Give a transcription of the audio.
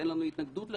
אין לנו התנגדות לכך,